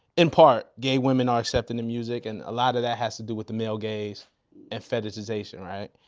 in part gay women are accepting the music and a lot of that has to do with the male gays and fetishization, right?